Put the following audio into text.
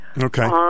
Okay